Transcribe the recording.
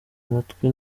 amatwi